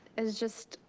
as just,